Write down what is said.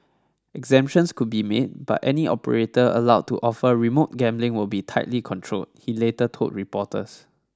exemptions could be made but any operator allowed to offer remote gambling will be tightly controlled he later told reporters